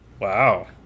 Wow